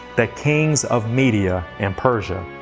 the kings of media and persia.